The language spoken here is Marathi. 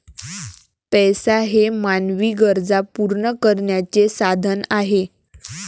पैसा हे मानवी गरजा पूर्ण करण्याचे साधन आहे